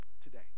today